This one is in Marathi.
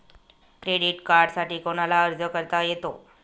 क्रेडिट कार्डसाठी कोणाला अर्ज करता येतो?